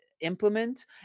implement